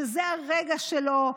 שזה הרגע שלו,